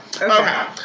Okay